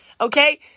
okay